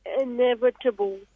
inevitable